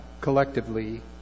collectively